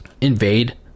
Invade